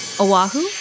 Oahu